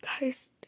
guys